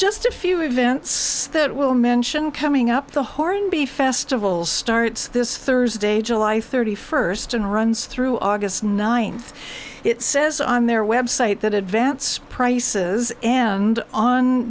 just a few events that we'll mention coming up the hornby festivals starts this thursday july thirty first and runs through august ninth it says on their website that advance prices and on